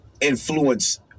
influence